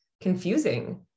confusing